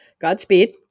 Godspeed